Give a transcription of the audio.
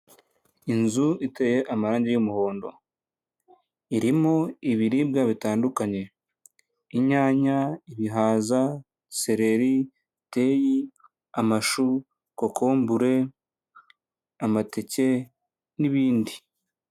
Inzu iteye amarangi y'umuhondo, irimo ibiribwa bitandukanye, inyanya, ibihaza, sereri, teyi, amashu, kokombure, amateke n'ibindi.